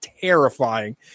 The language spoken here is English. terrifying